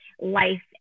life